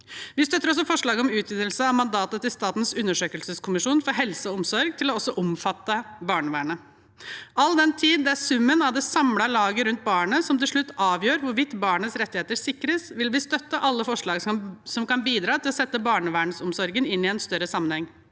Vi støtter også forslaget om utvidelse av mandatet til Statens undersøkelseskommisjon for helse og omsorg til også å omfatte barnevernet. All den tid det er summen av det samlede laget rundt barnet som til slutt avgjør hvorvidt barnets rettigheter sikres, vil vi støtte alle forslag som kan bidra til å sette barnevernsomsorgen inn i en større sammenheng.